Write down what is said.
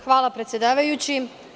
Hvala, predsedavajući.